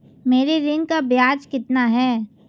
मेरे ऋण का ब्याज कितना है?